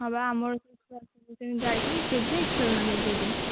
ହଁ ବା ଆମର ଯାଇଥିଲେ କେଜାଏ ଖେଳନା ନେଇକି ଆସିଛନ୍ତି